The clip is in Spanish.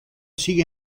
sigue